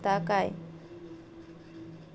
Banking वित्तीय सेवाचो उपयोग व्यवसायात होता काय?